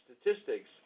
statistics